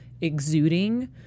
exuding